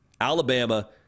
Alabama